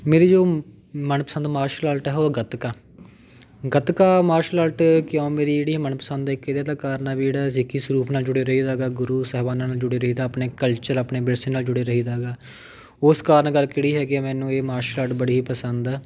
ਮੇਰੀ ਜੋ ਮਨਪਸੰਦ ਮਾਰਸ਼ਲ ਆਰਟ ਆ ਉਹ ਗੱਤਕਾ ਗੱਤਕਾ ਮਾਰਸ਼ਲ ਆਰਟ ਕਿਉਂ ਮੇਰੀਆਂ ਜਿਹੜੀਆਂ ਮਨਪਸੰਦ ਆ ਇੱਕ ਇਹਦਾ ਤਾਂ ਕਾਰਨ ਆ ਵੀ ਜਿਹੜਾ ਸਿੱਖੀ ਸਰੂਪ ਨਾਲ ਜੁੜੇ ਰਹੀਦਾ ਗਾ ਗੁਰੂ ਸਾਹਿਬਾਨਾਂ ਨਾਲ ਜੁੜੇ ਰਹੀਦਾ ਆਪਣੇ ਕਲਚਰ ਆਪਣੇ ਵਿਰਸੇ ਨਾਲ ਜੁੜੇ ਰਹੀਦਾ ਗਾ ਉਸ ਕਾਰਨ ਕਰਕੇ ਕਿਹੜੀ ਹੈਗੀ ਆ ਮੈਨੂੰ ਇਹ ਮਾਰਸ਼ਲ ਆਰਟ ਬੜੀ ਹੀ ਪਸੰਦ ਆ